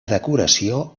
decoració